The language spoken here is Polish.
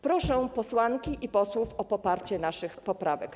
Proszę posłanki i posłów o poparcie naszych poprawek.